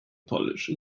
polish